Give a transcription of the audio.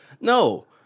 No